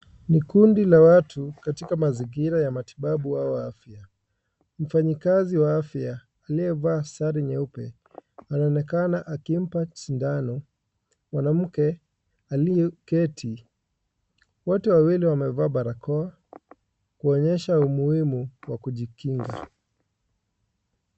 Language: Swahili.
Ni kundi la watu katika mazingira ya matibabu au afya, mfanyikazi wa afya aliyevaa sare nyeupe anaonekana akimpa sindano mwanamke aliyeketi ,wote wawili wamevaa barakoa kuonyesha umuhimu wa kujikinga.